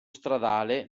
stradale